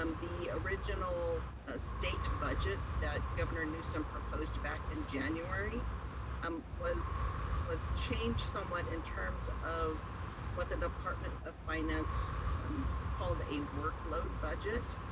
um the original ah state budget that governor newsom proposed back in january um was was changed somewhat in terms of what the department of finance um called a workload budget.